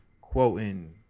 quoting